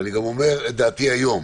ואני גם אומר את דעתי היום.